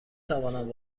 توانم